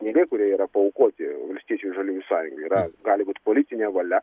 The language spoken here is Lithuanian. pinigai kurie yra paaukoti valstiečių žaliųjų sąjungai yra gali būt politinė valia